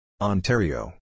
Ontario